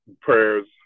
prayers